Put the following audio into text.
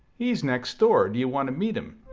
he's next door. do you want to meet him?